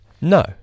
No